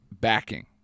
backing